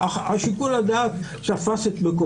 תודה